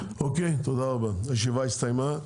תודה רבה, הישיבה הסתיימה,